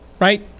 right